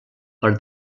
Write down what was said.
per